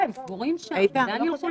ברשותך אני רוצה